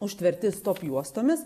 užtverti stop juostomis